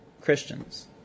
Christians